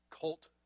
cult